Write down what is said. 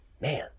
Man